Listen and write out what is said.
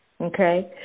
okay